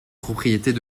propriétés